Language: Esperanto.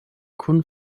kun